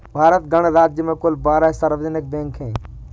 भारत गणराज्य में कुल बारह सार्वजनिक बैंक हैं